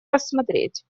рассмотреть